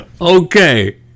Okay